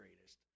greatest